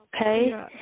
Okay